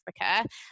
Africa